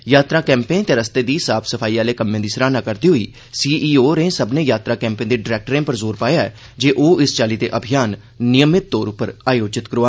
यात्रा कैंपें ते रस्ते दी साफ सफाई आह्ले कम्में दी सराह्ना करदे होई सीईओ होरें सब्मनें यात्रा कैंपें दे डरैक्टरें पर जोर पाया ऐ जे ओह इस चाल्ली दे अभियान नियमित तौर उप्पर आयोजित करन